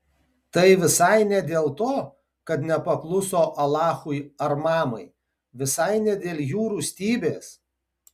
tai visai ne dėl to kad nepakluso alachui ar mamai visai ne dėl jų rūstybės